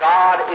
God